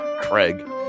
Craig